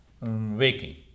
waking